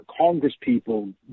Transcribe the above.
congresspeople